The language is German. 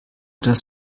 das